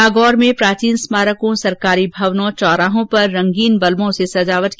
नागौर में प्राचीन स्मारकों सरकारी भवनों चौराहों पर रंगीन बल्बों से सजावट की गई